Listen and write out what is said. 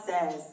says